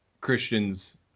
Christian's